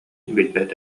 билбэт